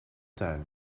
tuin